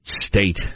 state